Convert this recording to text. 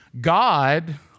God